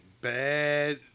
bad